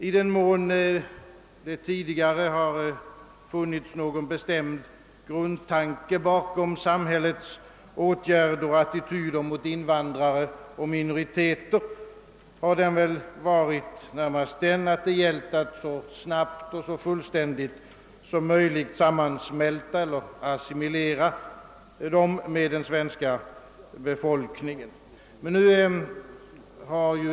I den mån det tidigare har funnits någon bestämd grundtanke bakom samhällets åtgärder för och attityder mot invandrare och minoriteter har den närmast varit, att det gällt att så snabbt och så fullständigt som möjligt sammansmälta eller assimilera dem med den svenska befoikningen.